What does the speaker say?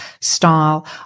style